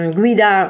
guida